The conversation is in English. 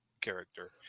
character